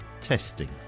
Testing